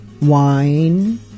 wine